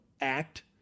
act